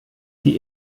die